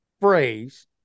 phrase